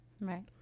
Right